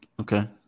Okay